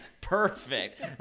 Perfect